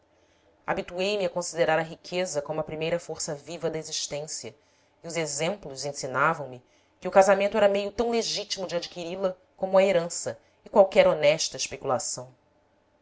a riqueza como a primeira força viva da existência e os exemplos ensinavam me que o casamento era meio tão legítimo de adquirila como a herança e qualquer honesta especulação